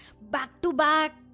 back-to-back